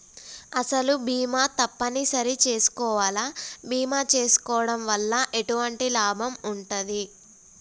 అసలు బీమా తప్పని సరి చేసుకోవాలా? బీమా చేసుకోవడం వల్ల ఎటువంటి లాభం ఉంటది?